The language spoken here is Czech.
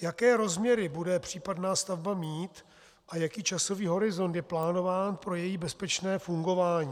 Jaké rozměry bude případná stavba mít a jaký časový horizont je plánován pro její bezpečné fungování?